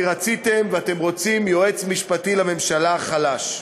כי רציתם, ואתם רוצים, יועץ משפטי לממשלה חלש.